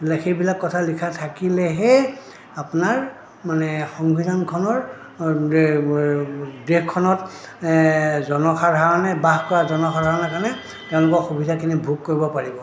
সেইবিলাক কথা লিখা থাকিলেহে আপোনাৰ মানে সংবিধানখনৰ দেশখনত জনসাধাৰণে বাস কৰা জনসাধাৰণাৰ কাৰণে তেওঁলোকৰ সুবিধাখিনি ভোগ কৰিব পাৰিব